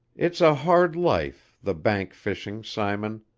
it's a hard life, the bank fishing, simon.